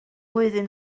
flwyddyn